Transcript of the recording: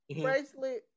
bracelet